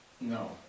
No